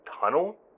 tunnel